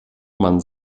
man